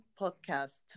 podcast